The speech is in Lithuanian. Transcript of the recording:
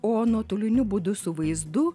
o nuotoliniu būdu su vaizdu